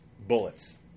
bullets